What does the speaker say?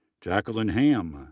jacquelyn ham,